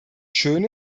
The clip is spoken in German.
schön